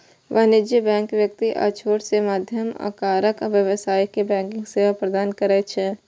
वाणिज्यिक बैंक व्यक्ति आ छोट सं मध्यम आकारक व्यवसायी कें बैंकिंग सेवा प्रदान करै छै